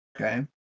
Okay